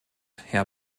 herr